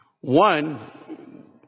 One